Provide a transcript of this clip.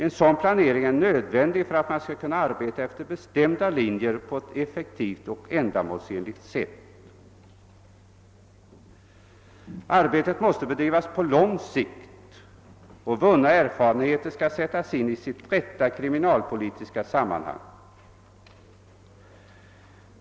En planering är nödvändig för att man skall kunna arbeta efter bestämda linjer, på ett effektivt och ändamålsenligt sätt. Arbetet måste bedrivas på lång sikt och vunna erfarenheter sättas in i sitt rätta kriminalpolitiska sammanhang.